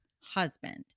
husband